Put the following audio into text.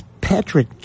Patrick